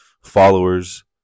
followers